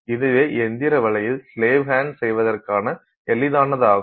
இதுவே இயந்திர வழியில் ஸ்லேவ் ஹண்ட் செய்வதற்கான எளிதானதாகும்